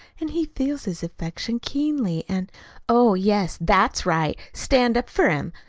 and he feels his affliction keenly, and oh, yes, that's right stand up for him!